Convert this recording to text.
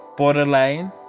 borderline